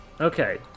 Okay